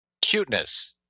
Cuteness